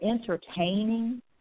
entertaining